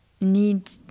need